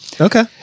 Okay